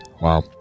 Wow